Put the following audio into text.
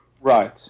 Right